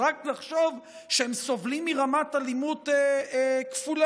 אז רק לחשוב שהם סובלים מרמת אלימות כפולה.